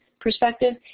perspective